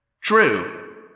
True